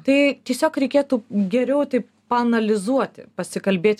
tai tiesiog reikėtų geriau taip paanalizuoti pasikalbėti